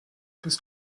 bis